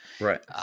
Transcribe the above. Right